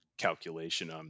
calculation